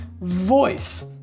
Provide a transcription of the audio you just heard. voice